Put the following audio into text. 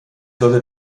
sollte